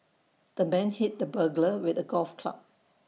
the man hit the burglar with A golf club